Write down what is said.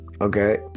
Okay